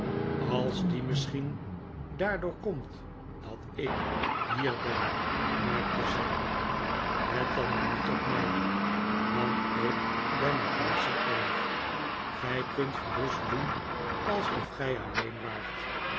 als die misschien daardoor komt dat i k hier ben merkte zij op let dan maar niet op mij want ik ben net zoo erg gij kunt gerust doen alsof gij alleen waart